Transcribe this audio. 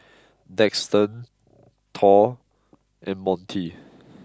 Daxton Thor and Monty